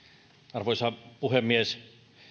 arvoisa puhemies